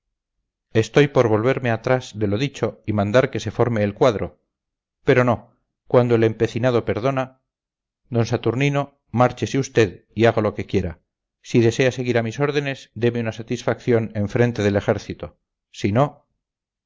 estoy por volverme atrás de lo dicho y mandar que se forme el cuadro pero no cuando el empecinado perdona d saturnino márchese usted y haga lo que quiera si desea seguir a mis órdenes deme una satisfacción en frente del ejército sino